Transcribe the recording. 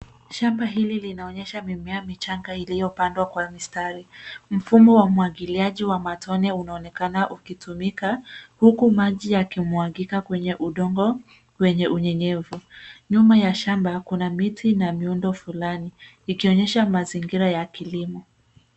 Shamba hili linaonyesha mimea michanga iliyopandwa kwa mistari. Mfumo wa umwagiliaji wa matone unaonekana ukitumika huku maji yakimwagika kwenye udongo wenye unyevu. Nyuma ya shamba kuna miti na miundo fulani ikionyesha mazingira ya kilimo.